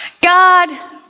God